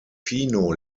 pino